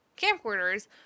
camcorders